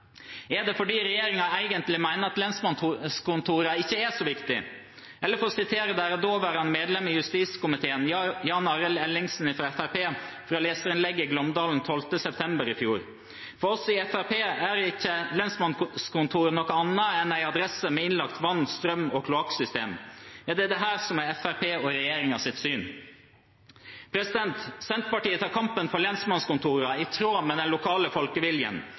Er det fordi regjeringen egentlig mener at lensmannskontorene ikke er så viktige? Eller for å sitere daværende medlem av justiskomiteen Jan Arild Ellingsen, fra Fremskrittspartiet, fra leserinnlegget i Glåmdalen 12. september i fjor: «For oss i Fremskrittspartiet er ikke et lensmannskontor annet enn en adresse, med innlagt vann, strøm og kloakksystem.» Er det dette som er Fremskrittspartiet og regjeringens syn? Senterpartiet tar kampen for lensmannskontorene i tråd med den lokale folkeviljen.